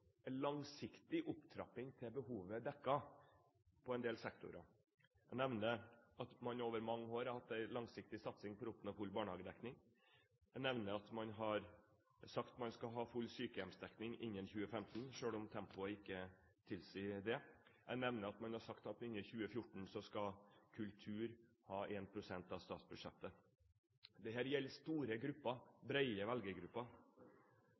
langsiktig opptrapping til behovet er dekket. Jeg nevner at man over mange år har hatt en langsiktig satsing for å oppnå full barnehagedekning, jeg nevner at man har sagt at man skal ha full sykehjemsdekning innen 2015, selv om tempoet ikke tilsier det, og jeg nevner at man har sagt at innen 2014 skal kultur ha 1 pst. av statsbudsjettet. Dette gjelder store grupper, brede velgergrupper.